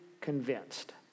convinced